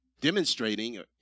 demonstrating